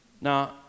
Now